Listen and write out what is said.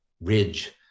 ridge